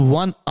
one